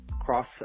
cross